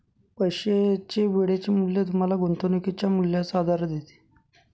पैशाचे वेळेचे मूल्य तुम्हाला गुंतवणुकीच्या मूल्याचा आधार देते